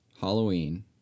Halloween